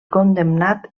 condemnat